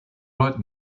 right